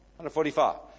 145